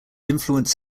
influence